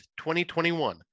2021